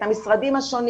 את המשרדים השונים